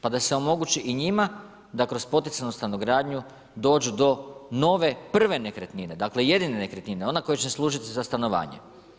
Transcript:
Pa da se i omogući i njima, da kroz poticajnu stanogradnju, dođe do nove, prve nekretnine, jedine nekretnine, ona koja će služiti za stanovanje.